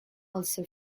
also